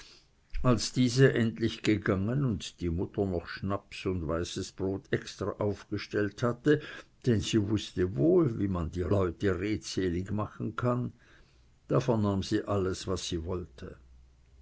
als diese endlich abgegessen und die mutter noch schnaps und weißes brot extra aufgestellt hatte denn sie wußte wohl wie man die leute redselig machen kann da vernahm sie alles was sie wollte